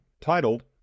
titled